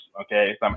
Okay